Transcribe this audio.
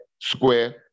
square